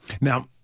Now